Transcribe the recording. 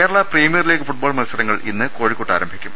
Kerala premier league football മത്സരങ്ങൾ ഇന്ന് കോഴിക്കോട്ട് ആരം ഭിക്കും